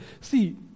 See